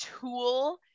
tool